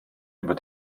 über